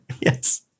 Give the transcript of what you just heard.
Yes